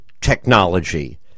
technology